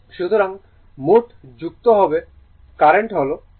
সুতরাং মোট যুক্ত এবং কারেন্ট হল I